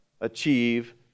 achieve